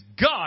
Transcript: God